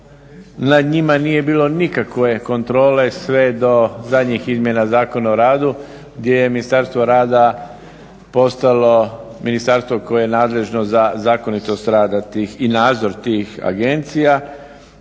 Nad njima nije bilo nikakve kontrole sve do zadnjih izmjena Zakona o radu gdje je Ministarstvo rada postalo ministarstvo koje je nadležno za zakonitost rada i nadzor tih agencija.